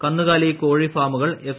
കന്നുകാലി കോഴി ഫാമുകൾ എഫ്